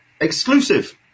exclusive